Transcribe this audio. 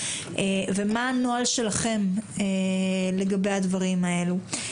ומה הנוהל שלכם לגבי הדברים האלה.